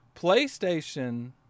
PlayStation